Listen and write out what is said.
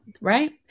Right